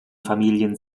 familien